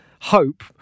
hope